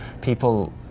people